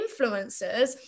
influencers